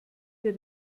wir